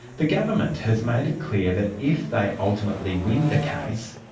the government has made it clear that if they ultimately win the case,